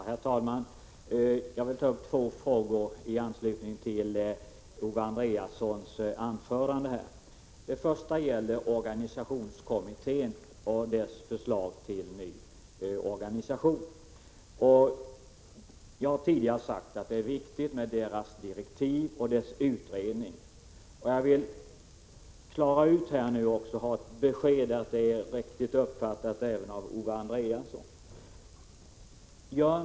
Herr talman! Jag vill ta upp två frågor i anslutning till Owe Andréassons anförande. Först gäller det organisationskommittén och dess förslag till ny organisation. Jag har tidigare sagt att det är viktigt med denna kommittés direktiv och utredning. Jag vill nu få ett besked i den här frågan från Owe Andréasson.